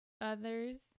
others